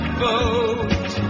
boat